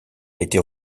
été